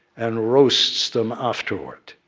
and roasts them afterward.